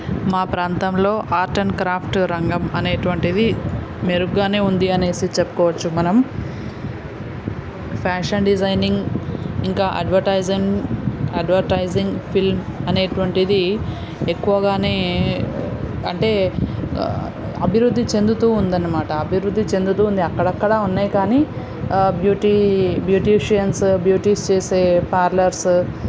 మా ప్రాంతంలో art and craft రంగం అనేటువంటిది మెరుగ్గానే ఉంది అనేసి చెప్పుకోవచ్చు మనం ఫ్యాషన్ డిజైనింగ్ ఇంకా అడ్వటైజన్ అడ్వర్టైజింగ్ ఫిల్మ్ అనేటువంటిది ఎక్కువగానే అంటే అభివృద్ధి చెందుతూ ఉంది అనమాట అభివృద్ధి చెందుతూ ఉంది అక్కడక్కడ ఉన్నాయి కానీ బ్యూటీ బ్యూటీషియన్స్ బ్యూటీస్ చేసే పార్లర్స్